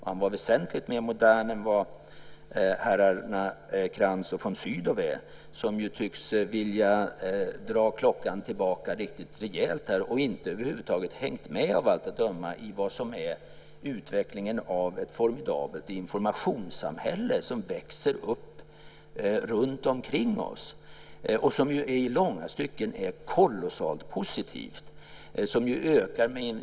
Han var väsentligt mer modern än vad herrarna Krantz och von Sydow är. De tycks vilja dra tillbaka klockan riktigt rejält och har av allt att döma över huvud taget inte hängt med i utvecklingen av ett formidabelt informationssamhälle. Det växer upp runtomkring oss och är i långa stycken kolossalt positivt.